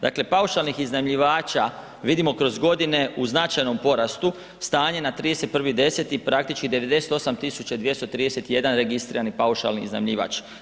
Dakle paušalnih iznajmljivača vidimo kroz godine u značajnom porastu, stanje na 31.10. praktički 98 tisuća 231 registrirani paušalni iznajmljivač.